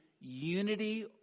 unity